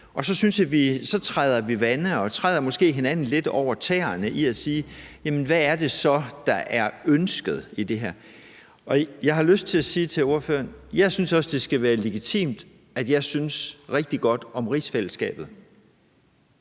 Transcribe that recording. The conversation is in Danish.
Så træder vi vande og træder måske hinanden lidt over tæerne, når vi spørger, hvad ønsket så er med det her. Jeg har lyst til at sige til ordføreren, at jeg også synes, at det skal være legitimt, at jeg synes rigtig godt om rigsfællesskabet,